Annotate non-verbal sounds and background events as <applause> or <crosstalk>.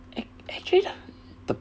<noise>